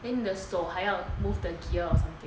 then the 手还要 move the gear or something